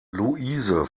luise